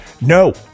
No